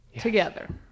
together